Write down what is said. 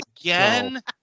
again